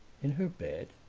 in her bed?